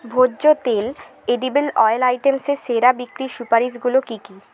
ভোজ্য তেল edible oil আইটেমসে সেরা বিক্রির সুপারিশগুলো কী কী